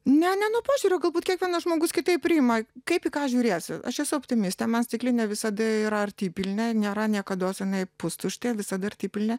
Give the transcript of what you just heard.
ne ne nuo požiūrio galbūt kiekvienas žmogus kitaip priima kaip į ką žiūrėsi aš esu optimistė man stiklinė visada yra artipilnė nėra niekados jinai pustuštė visada artipilnė